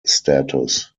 status